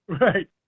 Right